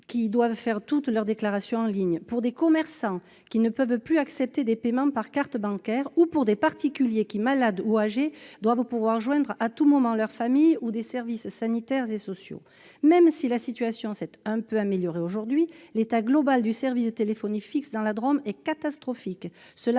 qui doivent remplir toutes leurs déclarations en ligne, pour des commerçants qui ne peuvent plus accepter les paiements par carte bancaire ou pour des particuliers malades ou âgés qui doivent pouvoir joindre à tout moment leur famille ou les services sanitaires et sociaux. Même si la situation s'est un peu améliorée aujourd'hui, l'état global du service de téléphonie fixe dans la Drôme est catastrophique. La